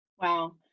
Wow